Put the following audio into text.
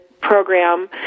program